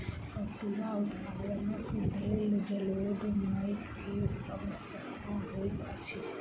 पटुआक उत्पादनक लेल जलोढ़ माइट के आवश्यकता होइत अछि